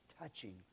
touching